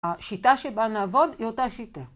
‫השיטה שבה נעבוד היא אותה שיטה.